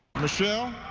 michelle,